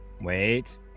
Wait